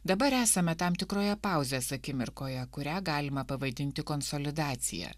dabar esame tam tikroje pauzės akimirkoje kurią galima pavadinti konsolidacija